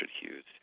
Hughes